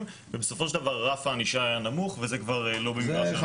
ובסופו של דבר רף הענישה היה נמוך וזה כבר לא במגרש שלנו.